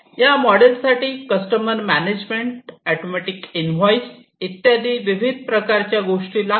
या मोडेल साठी customer management automatic invoice इत्यादी विविध प्रकारच्या गोष्टी लागतात